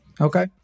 Okay